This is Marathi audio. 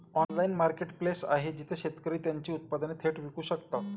ऑनलाइन मार्केटप्लेस आहे जिथे शेतकरी त्यांची उत्पादने थेट विकू शकतात?